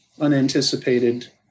unanticipated